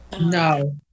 No